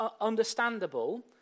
understandable